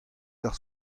d’ar